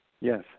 Yes